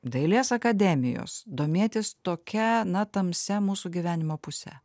dailės akademijos domėtis tokia na tamsia mūsų gyvenimo puse